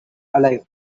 alive